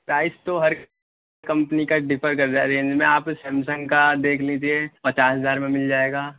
size تو ہر company کا ڈفر کر رہا رینج میں آپ سمسینگ کا دیکھ لیجیے پچاس ہزار میں مل جائے گا